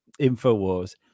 Infowars